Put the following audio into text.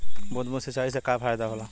बूंद बूंद सिंचाई से का फायदा होला?